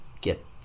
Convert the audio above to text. Get